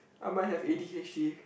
I might have A_D_H_D